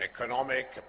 economic